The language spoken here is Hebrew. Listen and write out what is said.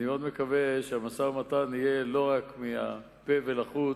אני מאוד מקווה שהמשא-ומתן יהיה לא רק מהפה ולחוץ,